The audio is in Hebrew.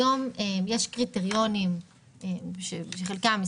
יש היום קריטריונים שחלקם,